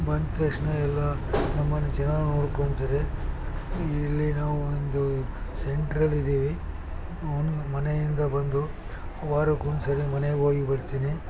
ಬಂದ ತಕ್ಷಣ ಎಲ್ಲ ನಮ್ಮನ್ನು ಚೆನ್ನಾಗಿ ನೋಡ್ಕೊಳ್ತಾರೆ ಇಲ್ಲಿ ನಾವು ಒಂದು ಸೆಂಟ್ರಲ್ಲಿ ಇದ್ದೀವಿ ಒಂದು ಮನೆಯಿಂದ ಬಂದು ವಾರಕ್ಕೊಂದ್ಸಲ ಮನೆಗೆ ಹೋಗಿ ಬರ್ತೀನಿ